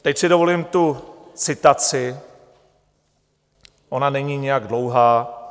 Teď si dovolím tu citaci, ona není nijak dlouhá: